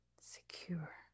secure